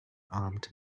armed